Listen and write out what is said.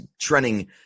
trending